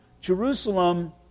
Jerusalem